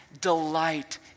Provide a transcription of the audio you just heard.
delight